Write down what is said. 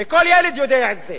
הרי כל ילד יודע את זה.